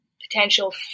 potential